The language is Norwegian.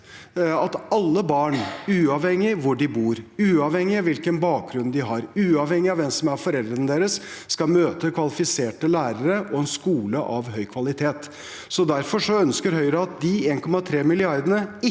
alle barn, uavhengig av hvor de bor, uavhengig av hvilken bakgrunn de har, uavhengig av hvem som er foreldrene deres, skal møte kvalifiserte lærere og en skole av høy kvalitet. Derfor ønsker Høyre at de 1,3 mrd.